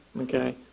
Okay